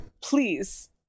please